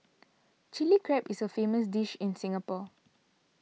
Chilli Crab is a famous dish in Singapore